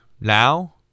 Now